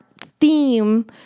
theme